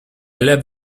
left